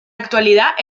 actualidad